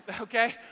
okay